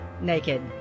naked